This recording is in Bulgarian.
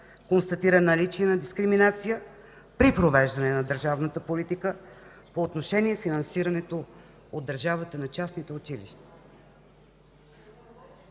констатира наличие на дискриминация при провеждане на държавната политика по отношение на финансирането на частните училища